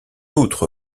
outre